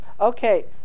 Okay